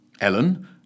Ellen